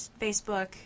Facebook